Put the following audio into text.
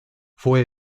fue